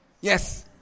Yes